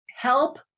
help